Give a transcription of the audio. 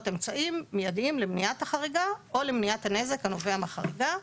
אמצעים מיידיים למניעת החריגה או למניעת הנזק הנובע מהחריגה.